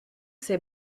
ses